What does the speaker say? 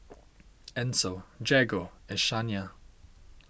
Ancel Jagger and Shania